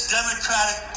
Democratic